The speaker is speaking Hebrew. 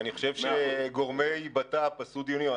אני חושב שגורמי בט"פ עשו דיונים.